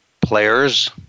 players